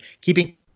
keeping